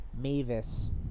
Mavis